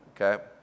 okay